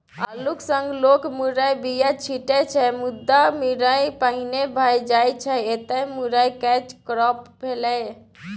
अल्लुक संग लोक मुरयक बीया छीटै छै मुदा मुरय पहिने भए जाइ छै एतय मुरय कैच क्रॉप भेलै